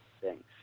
Thanks